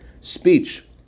speech